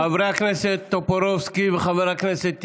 חבר הכנסת טופורובסקי וחבר הכנסת טיבי.